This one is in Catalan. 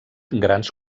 grans